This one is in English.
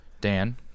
Dan